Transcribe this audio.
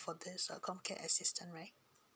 for this uh comcare assistance right